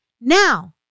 Now